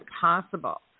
possible